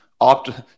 opt